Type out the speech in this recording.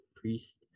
priest